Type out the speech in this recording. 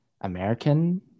American